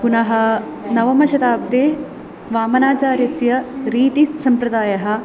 पुनः नवमशताब्दे वामनाचार्यस्य रीतिसम्प्रदायः